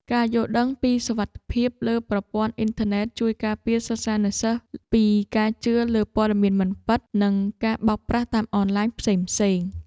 ការយល់ដឹងពីសុវត្ថិភាពលើប្រព័ន្ធអ៊ីនធឺណិតជួយការពារសិស្សានុសិស្សពីការជឿលើព័ត៌មានមិនពិត និងការបោកប្រាស់តាមអនឡាញផ្សេងៗ។